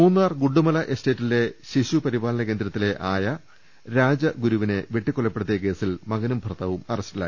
മൂന്നാർ ഗുണ്ടുമല എസ്റ്റേറ്റിലെ ശിശുപരിപാലന കേന്ദ്രത്തിലെ ആയ രാജഗുരുവിനെ വെട്ടിക്കൊലപ്പെടുത്തിയ കേസിൽ മകനും ഭർത്താവും അറസ്റ്റിൽ